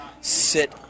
sit